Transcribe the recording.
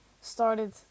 started